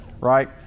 right